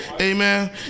Amen